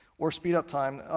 or speed up time,